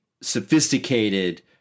sophisticated